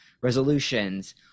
resolutions